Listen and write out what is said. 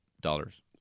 dollars